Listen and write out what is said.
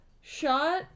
shot